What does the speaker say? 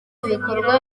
ibikorwa